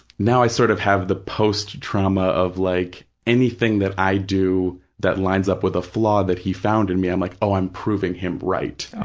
now i sort of have the post-trauma of like anything that i do that lines up with a flaw that he found in me, i'm like, oh, i'm proving him right. oh,